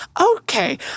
Okay